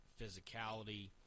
physicality